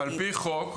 על-פי חוק,